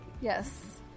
Yes